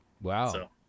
Wow